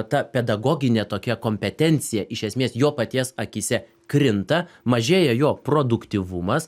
ta pedagoginė tokia kompetencija iš esmės jo paties akyse krinta mažėja jo produktyvumas